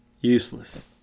useless